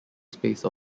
space